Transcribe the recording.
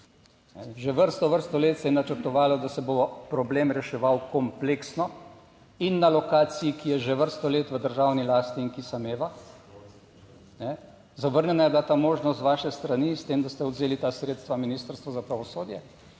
Že vrsto, vrsto let se je načrtovalo, da se bo problem reševal kompleksno in na lokaciji, ki je že vrsto let v državni lasti in ki sameva, ne. Zavrnjena je bila ta možnost z vaše strani, s tem, da ste odvzeli ta sredstva Ministrstvu za pravosodje